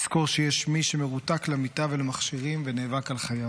לזכור שיש מי שמרותק למיטה ולמכשירים ונאבק על חייו.